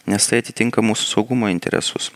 nes tai atitinka mūsų saugumo interesus